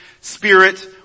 spirit